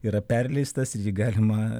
yra perleistas jį galima